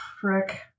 frick